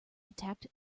attacked